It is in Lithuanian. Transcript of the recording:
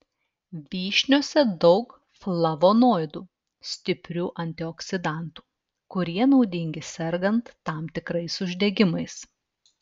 vyšniose daug flavonoidų stiprių antioksidantų kurie naudingi sergant tam tikrais uždegimais